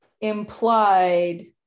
implied